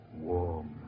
Warm